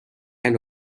and